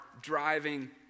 driving